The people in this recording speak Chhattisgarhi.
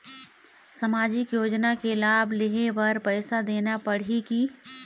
सामाजिक योजना के लाभ लेहे बर पैसा देना पड़ही की?